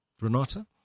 Renata